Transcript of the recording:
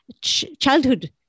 childhood